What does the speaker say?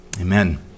Amen